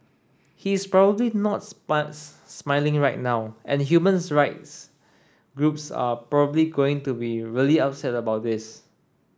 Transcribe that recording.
he is probably not smiling right now and human rights groups are probably going to be really upset about this